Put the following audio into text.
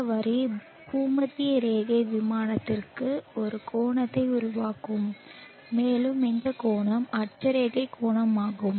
இந்த வரி பூமத்திய ரேகை விமானத்திற்கு ஒரு கோணத்தை உருவாக்கும் மேலும் இந்த கோணம் அட்சரேகை கோணமாகும்